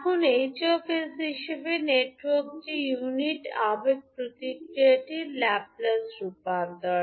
এখন 𝐻 𝑠 হিসাবে নেটওয়ার্কের ইউনিট আবেগ প্রতিক্রিয়াটির ল্যাপ্লেস রূপান্তর